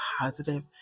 positive